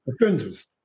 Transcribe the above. offenders